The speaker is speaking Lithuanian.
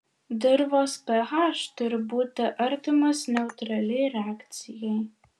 dirvos ph turi būti artimas neutraliai reakcijai